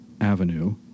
Avenue